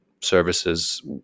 services